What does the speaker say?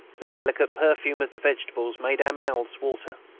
the delicate perfume of the vegetables made our mouths water.